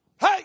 Hey